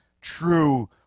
true